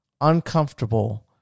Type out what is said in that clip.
uncomfortable